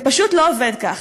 זה פשוט לא עובד ככה,